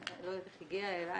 אני לא יודעת איך היא הגיעה אליי,